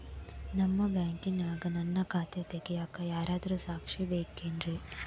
ನಿಮ್ಮ ಬ್ಯಾಂಕಿನ್ಯಾಗ ನನ್ನ ಖಾತೆ ತೆಗೆಯಾಕ್ ಯಾರಾದ್ರೂ ಸಾಕ್ಷಿ ಬೇಕೇನ್ರಿ?